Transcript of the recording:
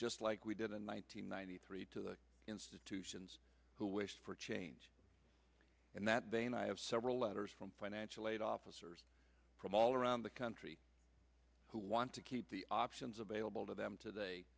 just like we did in one thousand nine hundred three to the institutions who wish for change in that vein i have several letters from financial aid officers from all around the country who want to keep the options available to them today